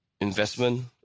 investment